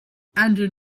and